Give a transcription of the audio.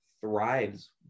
thrives